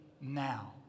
now